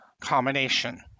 combination